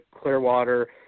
Clearwater